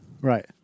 Right